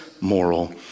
moral